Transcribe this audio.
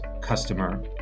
customer